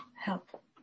help